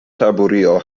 taburio